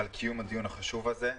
תודה רבה על קיום הדיון החשוב הזה.